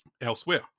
elsewhere